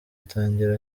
atangira